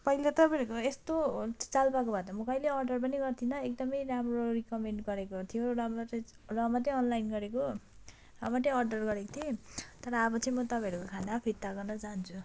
पहिले तपाईँहरूको यस्तो चाल पाएको भए त म कहिले अर्डर पनि गर्ने थिइनँ एकदमै राम्रो रिकमेन्ड गरेको थियो र चाहिँ र मात्रै अनलाइन गरेको र मात्रै अर्डर गरेको थिएँ तर अब चाहिँ म तपाईँहरूको खाना फिर्ता गर्न चाहन्छु